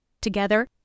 Together